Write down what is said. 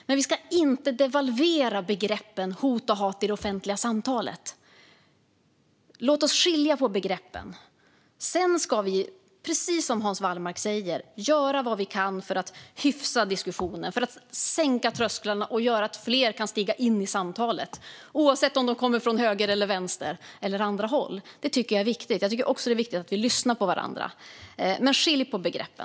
Men vi ska inte devalvera begreppen hot och hat i det offentliga samtalet. Låt oss skilja på begreppen. Sedan ska vi, precis som Hans Wallmark säger, göra vad vi kan för att hyfsa till diskussionen, sänka trösklarna och göra att fler kan stiga in i samtalet oavsett om de kommer från höger, från vänster eller från andra håll. Det tycker jag är viktigt. Jag tycker också att det är viktigt att vi lyssnar på varandra. Men skilj på begreppen!